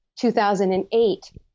2008